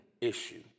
issue